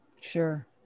Sure